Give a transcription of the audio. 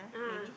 a'ah